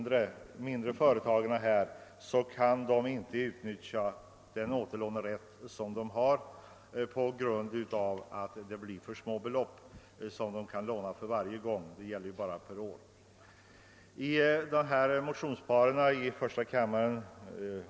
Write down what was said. De mindre företagen kan inte utnyttja sin återlånerätt på grund av att de belopp som de vid varje tillfälle får låna blir för små.